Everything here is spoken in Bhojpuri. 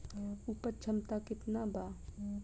उपज क्षमता केतना वा?